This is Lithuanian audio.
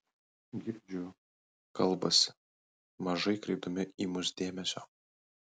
girdžiu kalbasi mažai kreipdami į mus dėmesio